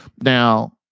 Now